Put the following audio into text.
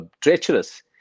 treacherous